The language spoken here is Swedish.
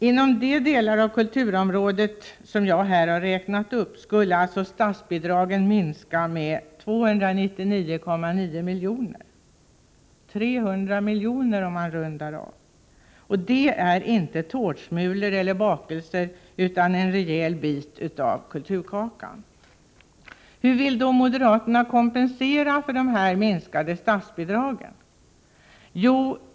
Inom de delar av kulturområdet som jag har räknat upp skulle alltså statsbidragen minska med 299,9 milj.kr. — 300 milj.kr., om man rundar av. Det är inte tårtsmulor eller bakelser utan en rejäl bit av kulturkakan. Hur vill då moderaterna kompensera för de minskade statsbidragen?